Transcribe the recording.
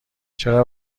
چرا